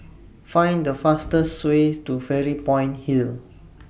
Find The fastest Way to Fairy Point Hill